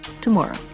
tomorrow